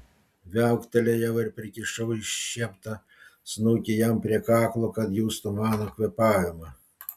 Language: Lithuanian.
viauktelėjau ir prikišau iššieptą snukį jam prie kaklo kad justų mano kvėpavimą